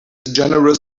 generous